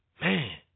man